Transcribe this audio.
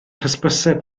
hysbyseb